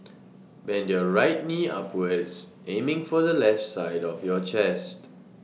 bend your right knee upwards aiming for the left side of your chest